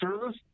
service